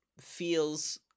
feels